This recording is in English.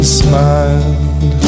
smiled